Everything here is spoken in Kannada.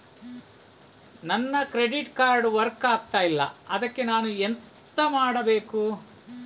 ನನ್ನ ಕ್ರೆಡಿಟ್ ಕಾರ್ಡ್ ವರ್ಕ್ ಆಗ್ತಿಲ್ಲ ಅದ್ಕೆ ನಾನು ಎಂತ ಮಾಡಬೇಕು?